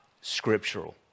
scriptural